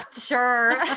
Sure